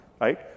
right